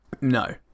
No